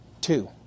Two